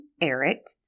Eric